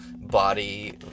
body